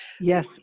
Yes